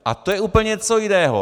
A to je úplně něco jiného!